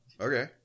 okay